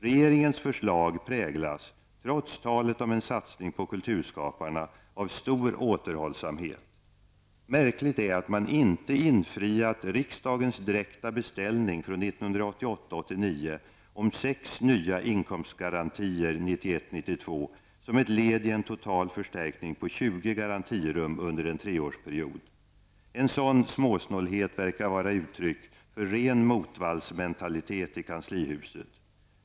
Regeringens förslag präglas -- trots talet om en satsning på kulturskaparna -- av stor återhållsamhet. Märkligt är att man inte infriat riksdagens direkta beställning från 1988 92 som ett led i en total förstärkning på 20 garantirum under en treårsperiod. En sådan småsnålhet verkar vara uttryck för ren motvallsmentalitet i kanslihuset.